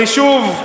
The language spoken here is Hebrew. אני שוב,